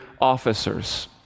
officers